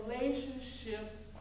relationships